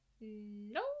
No